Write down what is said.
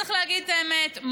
צריך להגיד את האמת,